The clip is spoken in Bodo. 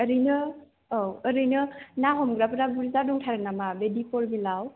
ओरैनो औ ओरैनो ना हमग्राफ्रा बुरजा दंथारो नामा बे दिपरबिलाव